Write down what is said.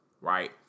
right